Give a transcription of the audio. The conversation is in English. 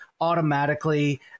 automatically